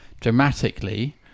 dramatically